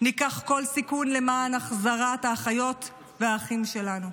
לא ניקח כל סיכון למען החזרת האחיות והאחים שלנו,